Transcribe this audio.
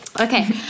Okay